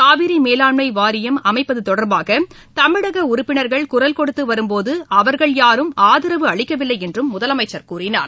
காவிரி மேலாண்மை வாரியம் அமைப்பது தொடர்பாக தமிழக உறுப்பினர்கள் குரல் ஷொடுத்து வரும் போது அவர்கள் யாரும் ஆதரவு அளிக்கவில்லை என்றும் முதலமைச்சர் கூறினார்